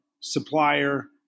supplier